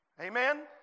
Amen